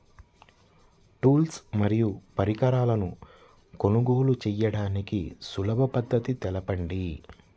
Tools మరియు పరికరాలను కొనుగోలు చేయడానికి సులభ పద్దతి తెలపండి?